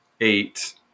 eight